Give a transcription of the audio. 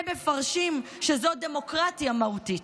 הם מפרשים שזאת דמוקרטיה מהותית.